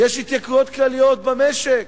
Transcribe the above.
יש התייקרויות כלליות במשק,